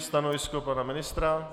Stanovisko pana ministra?